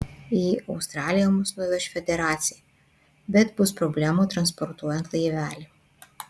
į australiją mus nuveš federacija bet bus problemų transportuojant laivelį